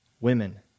women